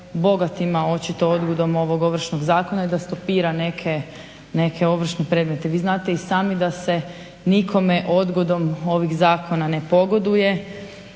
bogatima očito odgodom ovog Ovršnog zakona i da stopira neke ovršne predmete. Vi znate i sami da se nikome odgodom ovih zakona ne pogoduje,